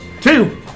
two